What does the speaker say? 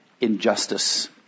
injustice